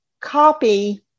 copy